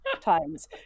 times